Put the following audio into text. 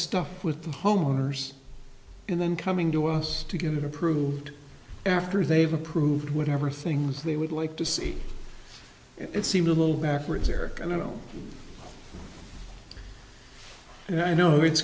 stuff with the homeowners and then coming to us to get it approved after they've approved whatever things they would like to see it seems a little backwards here and i don't you know it's